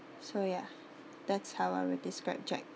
so ya that's how I would describe jack